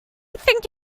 think